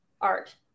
art